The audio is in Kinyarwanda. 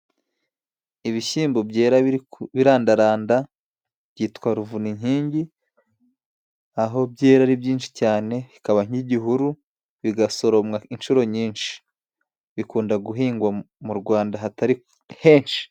Ibishyimbo byera biri ku birandaranda byitwa Ruvuninkingi, aho byera ari byinshi cyane bikaba nk'igihuru, bigasoromwa inshuro nyinshi. Bikunda guhingwa mu Rwanda hatari henshi.